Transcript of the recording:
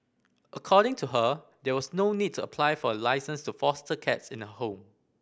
according to her there was no needs apply for a licence to foster cats in the home